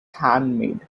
handmade